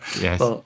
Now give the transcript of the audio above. yes